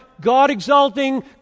God-exalting